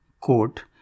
quote